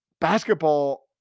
Basketball